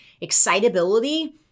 excitability